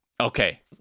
okay